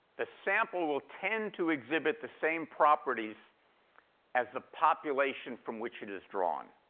the sample will tend to exhibit the same properties as the population from which it is drawn.